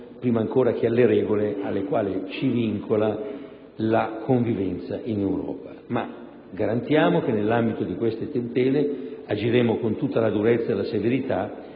prima ancora che alle regole alle quali ci vincola la convivenza in Europa. Garantiamo però che nell'ambito di queste tutele agiremo con tutta la durezza e la severità